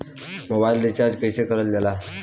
Mobile में recharge कइसे करल जाला?